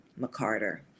McCarter